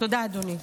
תודה, אדוני.